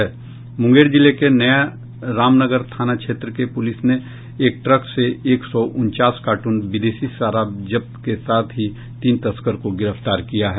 मुंगेर जिले के नयारामनगर थाना क्षेत्र से पुलिस ने एक ट्रक से एक सौ उनचास कार्टन विदेशी शराब के साथ तीन तस्कर को गिरफ्तार किया है